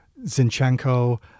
Zinchenko